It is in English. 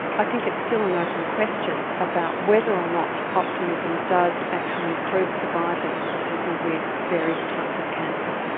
i think it's still an open question about whether or not optimism does actually improve survival for people with various types of cancer,